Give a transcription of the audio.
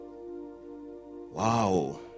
Wow